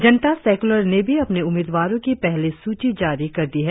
जनता secular ने भी अपने उम्मीदवारों की पहली सूची जारी कर दी है